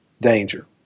danger